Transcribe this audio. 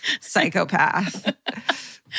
psychopath